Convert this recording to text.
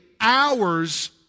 hours